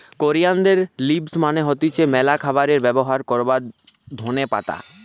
কোরিয়ানদের লিভস মানে হতিছে ম্যালা খাবারে ব্যবহার করবার ধোনে পাতা